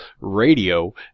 radio